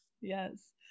Yes